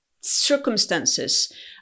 circumstances